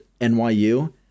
NYU